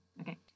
Okay